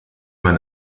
man